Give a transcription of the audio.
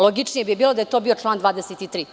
Logičnije bi bilo da je to bio član 23.